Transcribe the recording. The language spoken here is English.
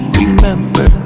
remember